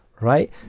right